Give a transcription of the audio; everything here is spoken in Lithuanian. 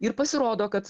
ir pasirodo kad